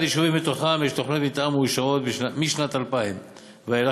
ל-61 יישובים מתוכם יש תוכניות מתאר מאושרות משנת 2000 ואילך,